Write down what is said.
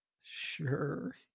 sure